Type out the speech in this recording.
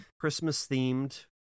Christmas-themed